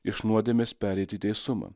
iš nuodėmės pereit į teisumą